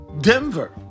Denver